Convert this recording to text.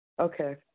Okay